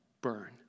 burn